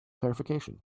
clarification